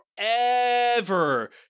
forever